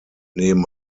neben